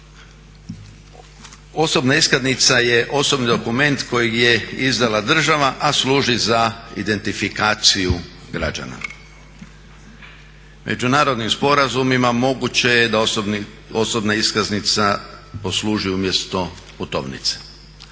Osobna iskaznica je osobni dokument kojeg je izdala država a služi za identifikaciju građana. Međunarodnim sporazuma moguće je da osobna iskaznica posluži umjesto putovnice.